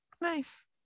nice